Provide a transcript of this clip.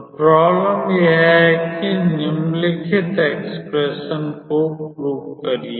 तो प्रोब्लेम यह है कि निम्नलिखित व्यंजक को प्रूव करिए